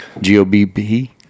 G-O-B-P